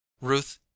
Ruth